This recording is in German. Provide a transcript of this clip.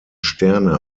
sterne